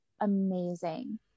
amazing